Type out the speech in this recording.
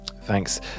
Thanks